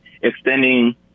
extending